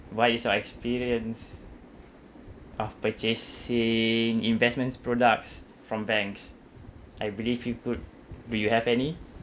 what is your experience of purchasing investments products from banks I believe you could do you have any